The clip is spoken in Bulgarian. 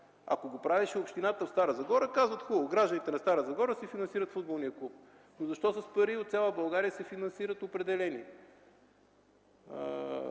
Ако го правеше общината в Стара Загора, казват: „Хубаво, гражданите на Стара Загора си финансират футболния клуб.” Но защо с пари от цяла България се финансират определени